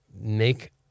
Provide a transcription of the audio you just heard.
make